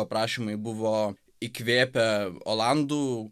aprašymai buvo įkvėpę olandų